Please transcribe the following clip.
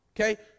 Okay